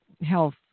Health